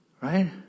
Right